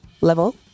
level